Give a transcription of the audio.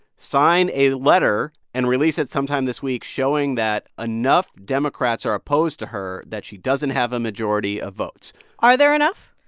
sign a letter and release it sometime this week showing that enough democrats are opposed to her that she doesn't have a majority of votes are there enough?